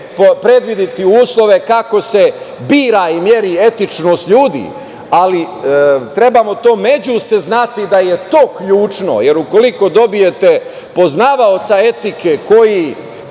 predvideti uslove kako se bira i meri etičnost ljudi, ali trebamo međusobno znati da je to ključno, jer ukoliko dobijete poznavaoca etike koji